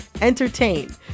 entertain